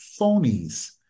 phonies